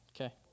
Okay